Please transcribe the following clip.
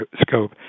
scope